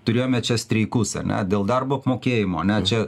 turėjome čia streikus ar ne dėl darbo apmokėjimo ar ne čia